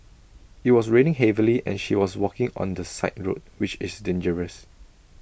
IT was raining heavily and she was walking on the side road which is dangerous